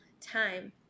time